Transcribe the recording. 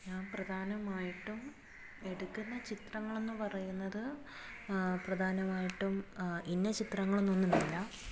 ഞാൻ പ്രധാനമായിട്ടും എടുക്കുന്ന ചിത്രങ്ങളെന്ന് പറയുന്നത് പ്രധാനമായിട്ടും ഇന്ന ചിത്രങ്ങളെന്നൊന്നുമില്ല